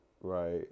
right